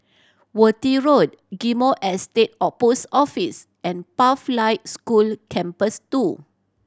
Worth Road Ghim Moh Estate of Post Office and Pathlight School Campus Two